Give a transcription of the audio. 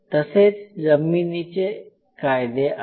तसेच जमिनीचे कायदे आहेत